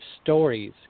stories